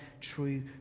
true